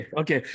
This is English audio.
okay